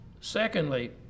Secondly